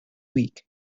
week